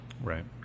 Right